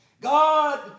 God